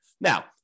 Now